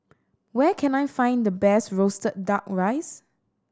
where can I find the best roasted Duck Rice